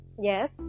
Yes